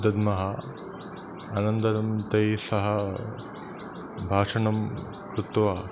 दद्मः अनन्तरं तैः सह भाषणं कृत्वा